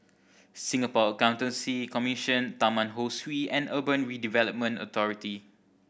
Singapore Accountancy Commission Taman Ho Swee and Urban Redevelopment Authority